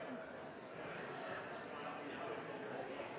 Hansen